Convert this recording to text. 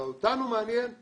אותנו מעניינות